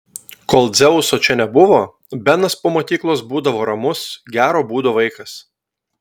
kol dzeuso čia nebuvo benas po mokyklos būdavo ramus gero būdo vaikas